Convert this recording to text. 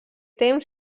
temps